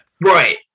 right